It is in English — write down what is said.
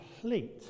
complete